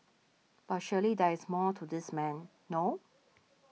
but surely there is more to this man no